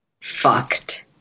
fucked